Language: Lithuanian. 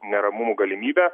neramumų galimybę